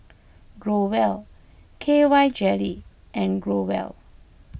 Growell K Y Jelly and Growell